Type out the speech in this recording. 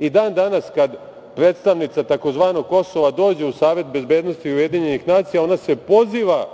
I dan danas kada predstavnica tzv. Kosova dođe u Savet bezbednosti Ujedinjenih nacija, ona se poziva